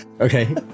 Okay